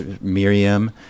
Miriam